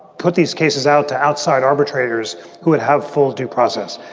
put these cases out to outside arbitrators who would have full due process.